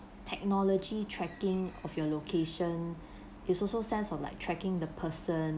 technology tracking of your location is also sense of like tracking the person